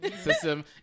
system